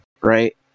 right